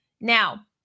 Now